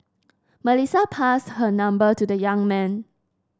Melissa passed her number to the young man